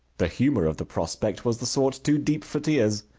the humor of the prospect was the sort too deep for tears.